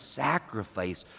sacrifice